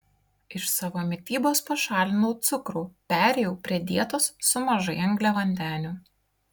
iš savo mitybos pašalinau cukrų perėjau prie dietos su mažai angliavandenių